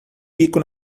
pico